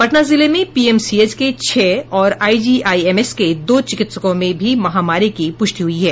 पटना जिले में पीएमसीएच के छह और आईजीआईएमएस के दो चिकित्सकों में भी महामारी की पुष्टि हुई है